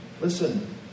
Listen